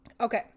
Okay